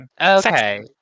Okay